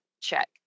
check